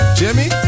jimmy